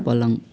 पलङ